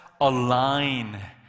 align